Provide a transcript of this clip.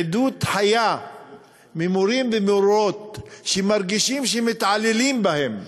עדות חיה ממורים ומורות שמרגישים שמתעללים בהם,